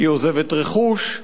היא עוזבת רכוש.